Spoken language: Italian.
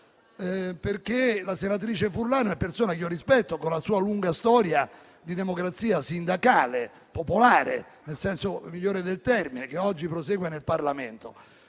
meriti una risposta, perché è persona che io rispetto, per la sua lunga storia di democrazia sindacale popolare, nel senso migliore del termine, che oggi prosegue nel Parlamento.